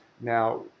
Now